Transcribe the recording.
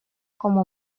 como